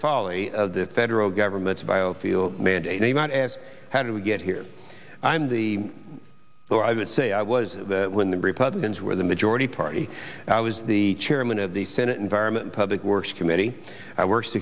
folly of the federal government's bio field mandate need not ask how do we get here i'm the or i would say i was when the republicans were the majority party i was the chairman of the senate environment public works committee i wor